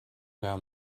down